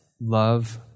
love